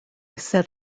set